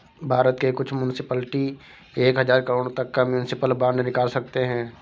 भारत के कुछ मुन्सिपलिटी एक हज़ार करोड़ तक का म्युनिसिपल बांड निकाल सकते हैं